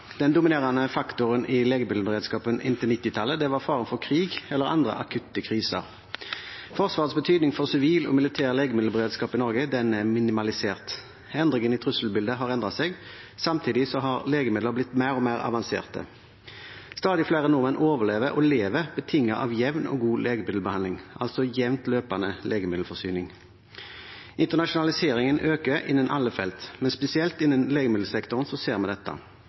Den dominerende faktoren i legemiddelberedskapen inntil 1990-tallet var fare for krig eller andre akutte kriser. Forsvarets betydning for sivil og militær legemiddelberedskap i Norge er minimalisert. Trusselbildet har endret seg. Samtidig har legemidler blitt mer og mer avanserte. Stadig flere nordmenn overlever og lever betinget av jevn og god legemiddelbehandling, altså jevnt løpende legemiddelforsyning. Internasjonaliseringen øker innen alle felt, men spesielt innen legemiddelsektoren ser vi dette.